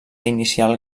inicial